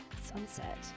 Sunset